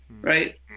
right